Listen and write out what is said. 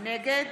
נגד